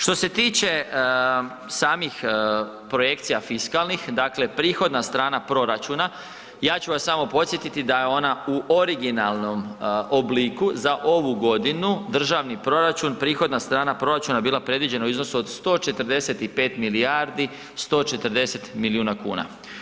Što se tiče samih projekcija fiskalnih, dakle prihodna strana proračuna, ja ću vas samo podsjetiti da je ona u originalnom obliku za ovu godinu, državni proračun prihodna strana proračuna bila predviđena u iznosu od 145 milijardi 140 milijuna kuna.